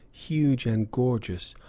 huge and gorgeous,